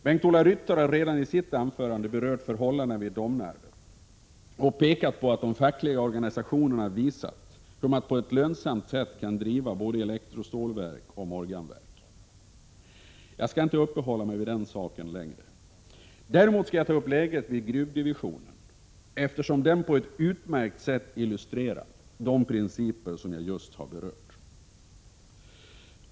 Bengt-Ola Ryttar har redan i sitt anförande berört förhållandena vid Domnarvet och pekat på att de fackliga organisationerna visat hur man på ett lönsamt sätt kan driva både elektrostålverk och Morganverk vidare. Jag skall inte längre uppehålla mig vid den saken. Däremot skall jag ta upp läget vid gruvdivisionen, eftersom den på ett utmärkt sätt illustrerar de principer som jag just berört.